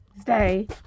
stay